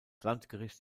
landgericht